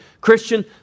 Christian